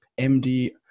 MD